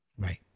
Right